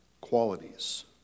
qualities